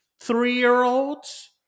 Three-year-olds